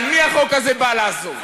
על מי החוק הזה בא לעשות?